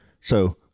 So-